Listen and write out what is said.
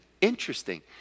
interesting